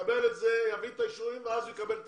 יביא את האישורים ואז הוא יקבל הכול.